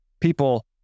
people